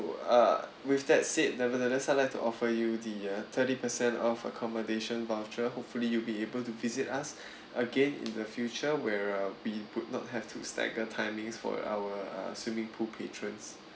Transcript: uh with that said nevertheless I'd like to offer you the uh thirty percent off accommodation voucher hopefully you'll be able to visit us again in the future where uh we would not have to staggertimings for our swimming pool patrons